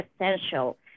essential